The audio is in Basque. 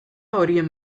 horien